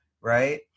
right